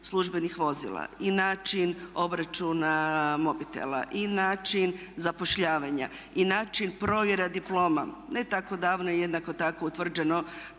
službenih vozila i način obračuna mobitela i način zapošljavanja i način provjere diploma. Ne tako davno i jednako tako je utvrđeno